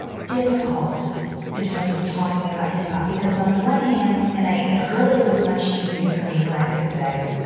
difficult in terms of talking about hip hop, because on the one hand, and i, you know, earlier it was much easier for me, where i could say,